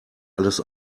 alles